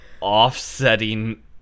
offsetting